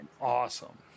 awesome